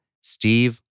Steve